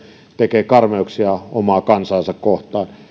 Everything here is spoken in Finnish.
tekee karmeuksia omaa kansaansa kohtaan